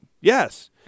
Yes